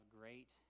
great